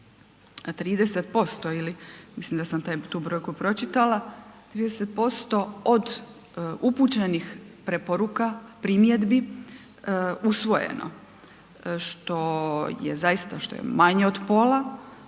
30% od upućenih preporuka, primjedbi usvojeno. Što je zaista, što je manje od pola